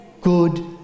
good